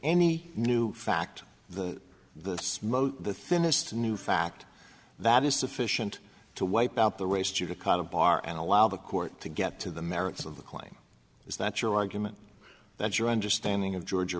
any new fact the the smoke the thinnest new fact that is sufficient to wipe out the race judicata bar and allow the court to get to the merits of the claim is that your argument that your understanding of georgia